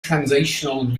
translational